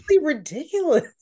ridiculous